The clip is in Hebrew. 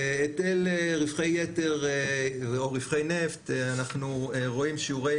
בהיטל רווחי יתר או רווחי נפט אנחנו רואים שיעורי